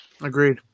Agreed